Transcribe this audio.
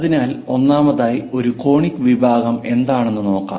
അതിനാൽ ഒന്നാമതായി ഒരു കോണിക് വിഭാഗം എന്താണെന്ന് നോക്കാം